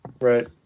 Right